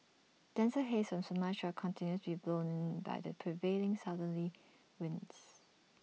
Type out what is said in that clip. denser haze from Sumatra continues to be blown in by the prevailing southerly winds